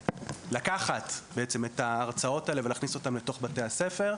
בעצם לקחת את ההרצאות האלה ולהכניס אותן לתוך בתי הספר.